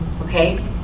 Okay